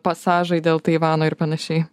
pasažai dėl taivano ir panašiai